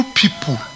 people